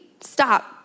stop